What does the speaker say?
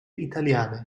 italiane